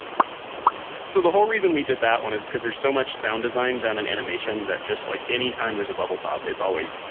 like so, the whole reason we did that one is because there's so much sound design done in animation that just, like any time there's a bubble pop, it's always